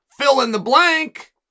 fill-in-the-blank